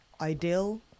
ideal